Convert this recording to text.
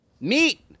Meet